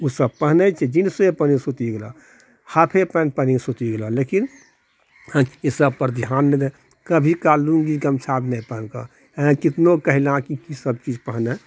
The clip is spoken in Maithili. ओसभ पहिनैत छै जीन्से पहिन सुति गेलौ हाल्फे पैन्ट पहिनके सुति गेलौ लेकिन ईसभ पर ध्यान नऽ देना कभी काल लुङ्गी गमछा नहि पहिन एहिने कितनो कहना कि सभ चीज पहने